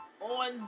on